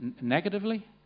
negatively